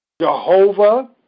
Jehovah